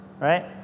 Right